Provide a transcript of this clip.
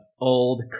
old